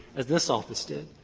as this office did.